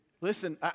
Listen